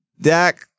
Dak